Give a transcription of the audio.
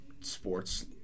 sports